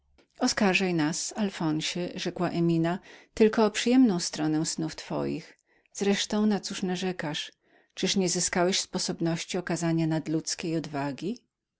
oskarżaj nas alfonsie rzekła emina jak tylko o przyjemną stronę snów twoich wreszcie na cóż narzekasz czyliż nie zyskałeś natomiast sposobności okazania nadludzkiej odwagi